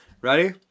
Ready